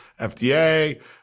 FDA